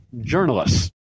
journalists